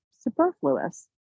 superfluous